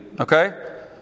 Okay